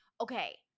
okay